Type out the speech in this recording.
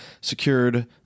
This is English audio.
secured